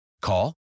Call